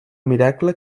miracle